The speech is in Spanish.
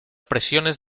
presiones